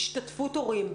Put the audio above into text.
השתתפות הורים.